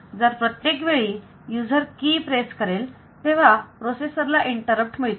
जर प्रत्येक वेळी युजर की प्रेस करेल तेव्हा प्रोसेसर ला इंटरप्ट मिळतो